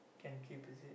can keep is it